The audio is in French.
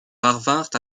parvinrent